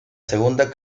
segunda